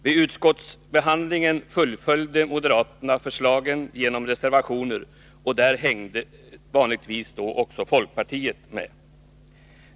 Vid utskottsbehandlingen följde moderaterna upp sina förslag genom reservationer, och där hängde vanligtvis också folkpartiet med.